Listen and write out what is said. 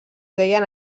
deien